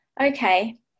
okay